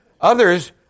Others